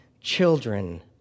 children